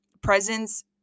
presence